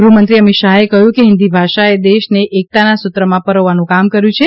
ગૃહમંત્રી અમિત શાહે જણાવ્યું છે કે હિંદી ભાષાએ દેશને એકતાના સૂત્રમાં પરોવવાનું કામ કર્યુ છે